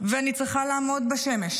ואני צריכה לעמוד בשמש,